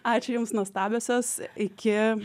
ačiū jums nuostabiosios iki